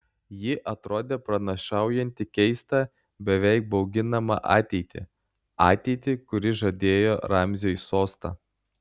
ji atrodė pranašaujanti keistą beveik bauginamą ateitį ateitį kuri žadėjo ramziui sostą